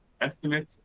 estimates